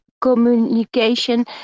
communication